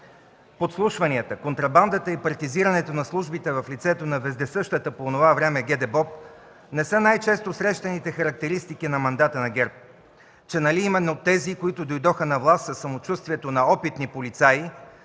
подслушванията, контрабандата и партизирането на службите в лицето на вездесъщата по онова време ГДБОП не са най-често срещаните характеристики на мандата на ГЕРБ? Че нали именно тези, които дойдоха на власт със самочувствието на опитни полицаи